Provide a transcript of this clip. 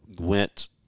went